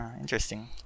Interesting